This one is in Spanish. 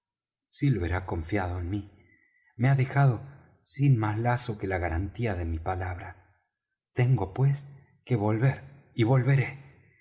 ha confiado en mí me ha dejado sin más lazo que la garantía de mi palabra tengo pues que volver y volveré